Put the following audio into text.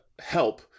help